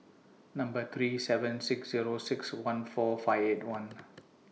Number three seven six Zero six one four five eight one